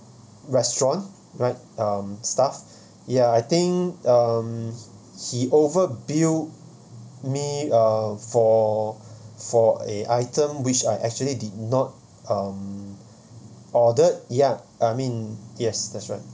restaurant right um staff ya I think um he overbilled me uh for for a item which I actually did not um ordered ya I mean yes that's right